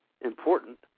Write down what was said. important